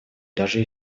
даже